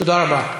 תודה רבה.